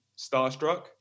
starstruck